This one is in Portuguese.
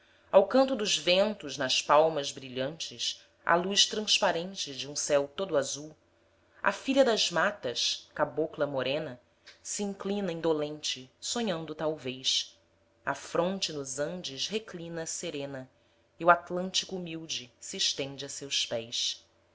ao canto dos ventos nas palmas brilhantes à luz transparente de um céu todo azul a filha das matas cabocla morena se inclina indolente sonhando talvez a fronte nos andes reclina serena e o atlântico humilde se estende a seus pés